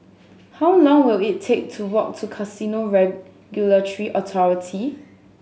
how long will it take to walk to Casino Regulatory Authority